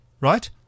right